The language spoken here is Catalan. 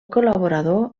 col·laborador